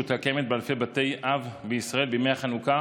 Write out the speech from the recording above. הקיימת באלפי בתי אב בישראל בימי החנוכה